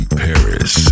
paris